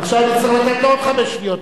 עכשיו אני אצטרך לתת לו עוד חמש שניות.